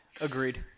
Agreed